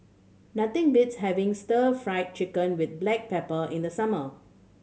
nothing beats having Stir Fry Chicken with black pepper in the summer